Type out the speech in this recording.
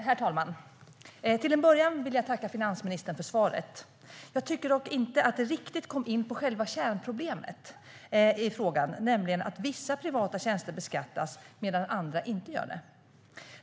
Herr talman! Till en början vill jag tacka finansministern för svaret. Jag tycker dock inte att det riktigt kom in på själva kärnproblemet, nämligen att vissa privata tjänster beskattas medan andra inte gör det.